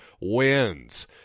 wins